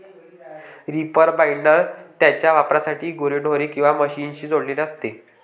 reaper binder त्याच्या वापरासाठी गुरेढोरे किंवा मशीनशी जोडलेले असते